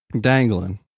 Dangling